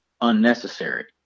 unnecessary